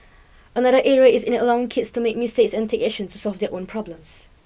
another area is in allowing kids to make mistakes and take action to solve their own problems